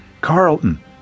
Carlton